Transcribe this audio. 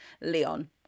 leon